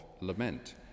lament